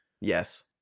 Yes